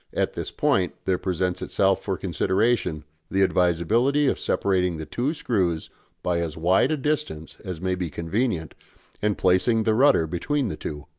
at this point there presents itself for consideration the advisability of separating the two screws by as wide a distance as may be convenient and placing the rudder between the two.